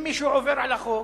אם מישהו עובר על החוק,